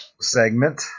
segment